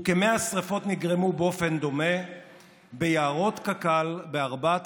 וכ-100 שרפות נגרמו באופן דומה ביערות קק"ל בארבעת